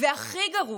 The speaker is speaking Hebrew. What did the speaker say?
והכי גרוע,